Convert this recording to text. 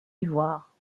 ivoire